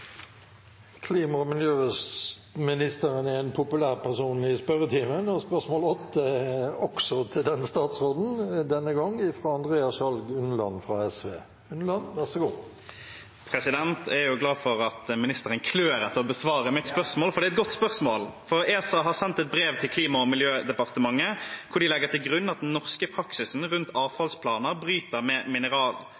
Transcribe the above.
Klima- og miljøministeren er en populær person i spørretimen, og spørsmål 8 er også til den statsråden. Jeg er glad for at ministeren klør etter å besvare mitt spørsmål, for det er et godt spørsmål. «ESA har sendt et brev til Klima- og miljødepartementet hvor de legger til grunn at den norske praksisen rundt